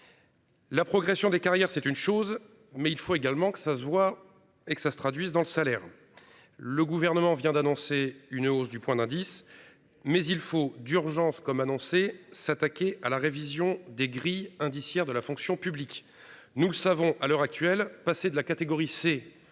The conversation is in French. La progression des carrières c'est une chose mais il faut également que ça se voit et que ça se traduise dans le salaire. Le gouvernement vient d'annoncer une hausse du point d'indice. Mais il faut d'urgence comme annoncé s'attaquer à la révision des grilles indiciaires de la fonction publique, nous le savons, à l'heure actuelle. Passer de la catégorie C